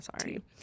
sorry